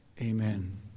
Amen